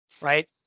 right